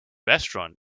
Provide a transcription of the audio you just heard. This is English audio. restaurant